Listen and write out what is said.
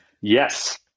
Yes